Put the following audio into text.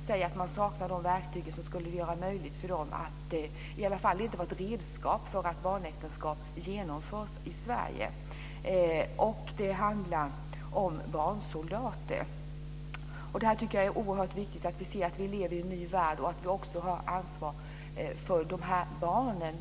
säger att man fortfarande saknar de verktyg som skulle göra det möjligt för verket att i alla fall inte vara ett redskap för att barnäktenskap genomförs i Sverige. Det handlar om barnsoldater. Det är oerhört viktigt att vi ser att vi lever i en ny värld och att vi också har ansvar för barnen.